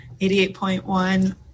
88.1